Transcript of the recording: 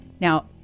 now